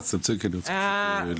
נסי לצמצם כי אני רוצה להתקדם.